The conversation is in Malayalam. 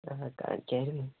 ആ കാണിക്കായിരുന്നു